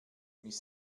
ich